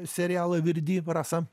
serialą virdi rasa